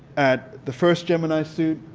at the first gemini suit,